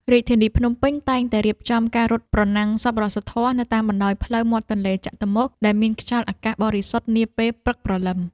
រាជធានីភ្នំពេញ តែងតែរៀបចំការរត់ប្រណាំងសប្បុរសធម៌នៅតាមបណ្ដោយផ្លូវមាត់ទន្លេចតុមុខ ដែលមានខ្យល់អាកាសបរិសុទ្ធនាពេលព្រឹកព្រលឹម។